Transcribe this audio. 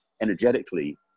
energetically